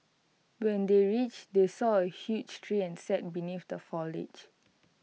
when they reached they saw A huge tree and sat beneath the foliage